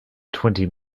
twenty